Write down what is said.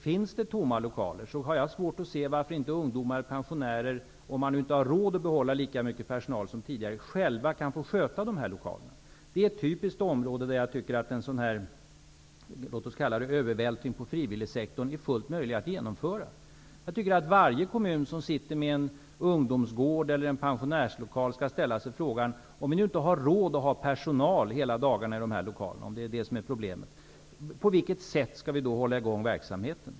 Finns det tomma lokaler har jag svårt att se varför inte ungdomar och pensionärer, om kommunen inte har råd att behålla lika mycket personal som tidigare, själva kan få sköta dessa lokaler. Det är ett typiskt område där jag tycker att en s.k. övervältring på frivilligsektorn är fullt möjlig att genomföra. Jag tycker att varje kommun som har en ungdomsgård eller en pensionärslokal skall ställa sig frågan: Om vi inte har råd att ha personal hela dagarna i dessa lokaler, på vilket sätt skall vi hålla i gång verksamheten?